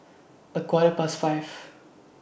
A Quarter Past five